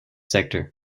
sector